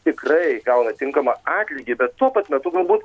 tikrai gauna tinkamą atlygį bet tuo pat metu galbūt